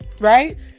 right